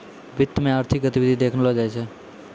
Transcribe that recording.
वित्त मे आर्थिक गतिविधि देखलो जाय छै